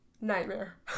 nightmare